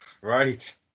right